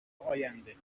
آینده